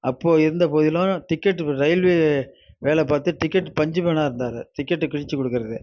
அப்போ இருந்த போதிலும் டிக்கெட்டு வு ரயில்வே வேலை பார்த்து டிக்கெட்டு பஞ்சு மேனாக இருந்தாரு டிக்கெட்டை கிழிச்சு கொடுக்கறது